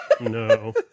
No